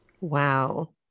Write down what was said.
Wow